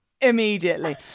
immediately